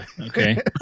Okay